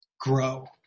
grow